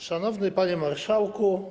Szanowny Panie Marszałku!